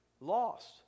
lost